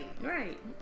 Right